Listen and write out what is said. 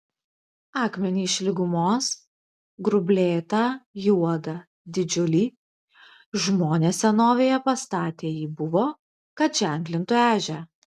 akmenį iš lygumos grublėtą juodą didžiulį žmonės senovėje pastate jį buvo kad ženklintų ežią